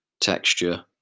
texture